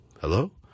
hello